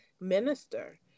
minister